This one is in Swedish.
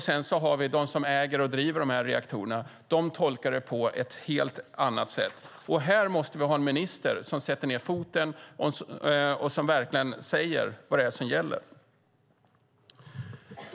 Sedan har vi de som äger och driver de här reaktorerna som tolkar kraven på ett helt annat sätt. Här måste vi ha en minister som sätter ned foten och verkligen säger vad det är som gäller.